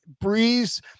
Breeze